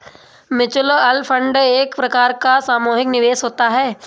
mutual fund एक प्रकार का सामुहिक निवेश होता है